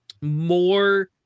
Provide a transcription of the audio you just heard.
more